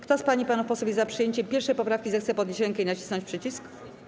Kto z pań i panów posłów jest za przyjęciem 1. poprawki, zechce podnieść rękę i nacisnąć przycisk.